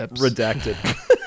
Redacted